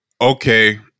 okay